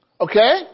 Okay